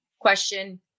question